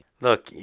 Look